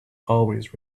always